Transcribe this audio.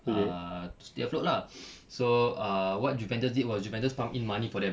ah to stay afloat lah so uh what juventus did was juventus pump in money for them